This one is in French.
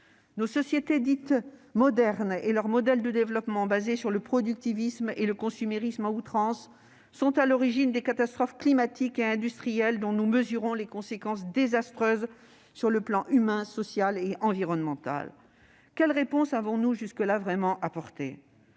Nos sociétés dites « modernes » et leur modèle de développement basé sur le productivisme et le consumérisme à outrance sont à l'origine des catastrophes climatiques et industrielles dont nous mesurons les conséquences désastreuses sur le plan humain, social et environnemental. Quelles réponses avons-nous véritablement apportées